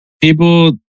people